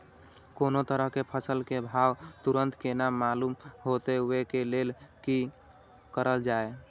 कोनो तरह के फसल के भाव तुरंत केना मालूम होते, वे के लेल की करल जाय?